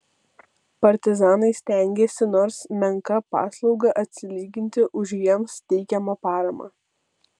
partizanai stengėsi nors menka paslauga atsilyginti už jiems teikiamą paramą